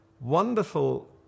wonderful